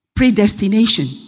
predestination